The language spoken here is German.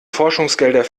forschungsgelder